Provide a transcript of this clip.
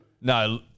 No